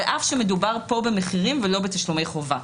על אף שמדובר פה במחירים ולא בתשלומי חובה.